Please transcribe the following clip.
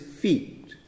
feet